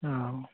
अँ